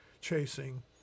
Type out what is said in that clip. chasing